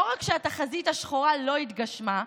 לא רק שהתחזית השחורה לא התגשמה,